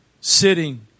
sitting